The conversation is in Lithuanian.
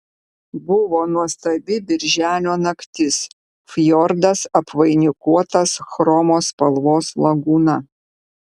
buvo nuostabi birželio naktis fjordas apvainikuotas chromo spalvos lagūna